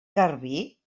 garbí